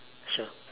sure